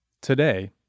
Today